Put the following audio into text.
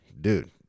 dude